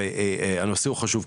והנושא הוא חשוב,